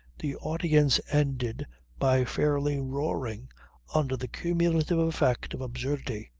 the audience ended by fairly roaring under the cumulative effect of absurdity.